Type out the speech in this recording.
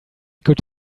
could